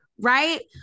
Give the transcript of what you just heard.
right